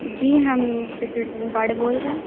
جی ہم security guard بول رہے ہیں